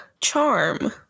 Charm